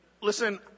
listen